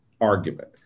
argument